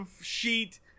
sheet